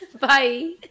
Bye